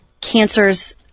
cancer's